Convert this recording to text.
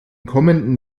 kommenden